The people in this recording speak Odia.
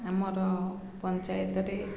ଆମର ପଞ୍ଚାୟତରେ